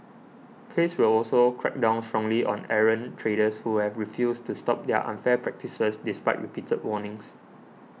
case will also crack down strongly on errant traders who have refused to stop their unfair practices despite repeated warnings